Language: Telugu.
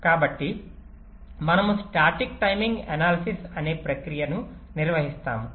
కాబట్టి మనము స్టాటిక్ టైమింగ్ అనాలిసిస్ అనే ప్రక్రియను నిర్వహిస్తాము